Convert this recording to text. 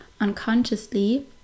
unconsciously